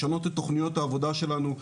לשנות את תוכניות העבודה שלנו.